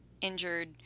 injured